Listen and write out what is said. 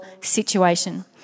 situation